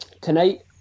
tonight